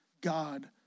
God